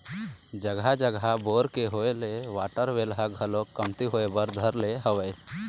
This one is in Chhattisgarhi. जघा जघा बोर के होय ले वाटर लेवल ह घलोक कमती होय बर धर ले हवय